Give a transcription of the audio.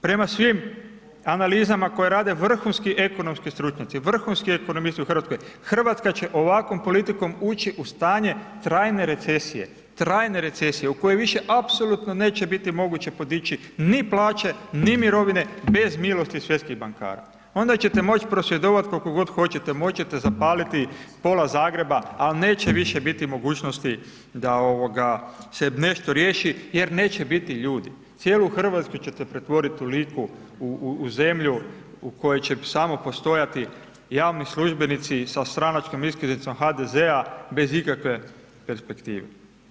Prema svim analizama koje rade vrhunski ekonomski stručnjaci, vrhunski ekonomisti u Hrvatskoj, Hrvatska će ovakvom politikom ući u stanje trajne recesije, trajne recesije u kojoj više apsolutno neće biti moguće podići ni plaće, ni mirovine bez milosti svjetskih bankara, onda će te moći prosvjedovat kol'ko god hoćete, moći će te zapaliti pola Zagreba al' neće više biti mogućnosti da, ovoga, se nešto riješi jer neće biti ljudi, cijelu Hrvatsku će te pretvoriti u Liku, u zemlju u kojoj će samo postojati javni službenici sa stranačkom iskaznicom HDZ-a bez ikakve perspektive.